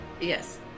Yes